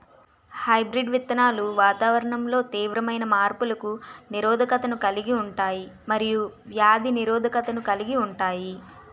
hybrid విత్తనాలు వాతావరణంలో తీవ్రమైన మార్పులకు నిరోధకతను కలిగి ఉంటాయి మరియు వ్యాధి నిరోధకతను కలిగి ఉంటాయి